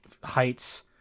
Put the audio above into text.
heights